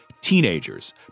Teenagers